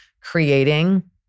creating